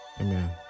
Amen